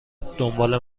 دنبال